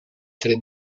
tre